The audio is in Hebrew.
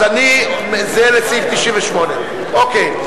אז זה לסעיף 98. אוקיי.